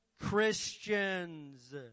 Christians